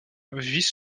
vice